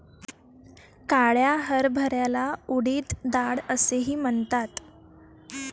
काळ्या हरभऱ्याला उडीद डाळ असेही म्हणतात